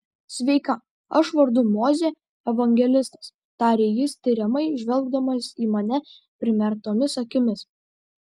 sveika aš vardu mozė evangelistas tarė jis tiriamai žvelgdamas į mane primerktomis akimis